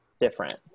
different